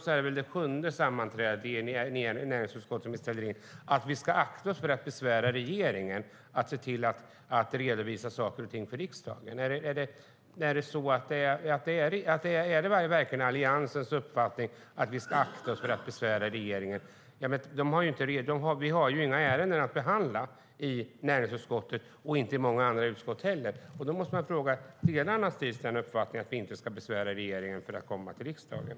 Det är väl det sjunde sammanträdet i näringsutskottet som ställs in i morgon. Är det verkligen Alliansens uppfattning att vi ska akta oss för att besvära regeringen? Vi har inga ärenden att behandla i näringsutskottet - och inte i många andra utskott heller. Delar Anna Steele uppfattningen att vi inte ska besvära regeringen att komma till riksdagen?